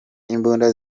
imbunda